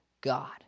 God